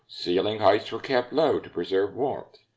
ceiling heights were kept low to preserve warmth.